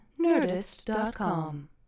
Nerdist.com